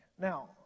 Now